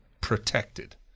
protected